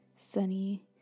sunny